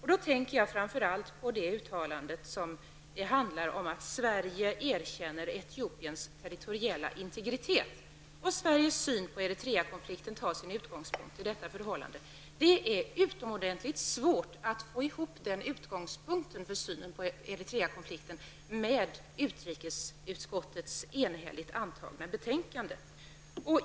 Jag tänker framför allt på den del av uttalandet som handlar om att Sverige erkänner Etiopiens territoriella integritet och att Sveriges syn på Eritreakonflikten har sin utgångspunkt i detta förhållande. Det är utomordentligt svårt att få ihop den utgångspunkten för synen på Eritreakonflikten med utrikesutskottets enhälligt antagna betänkande.